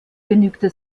genügte